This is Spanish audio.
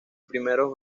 primeros